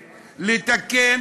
לפקיד,